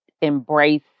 embrace